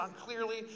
clearly